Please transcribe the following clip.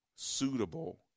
suitable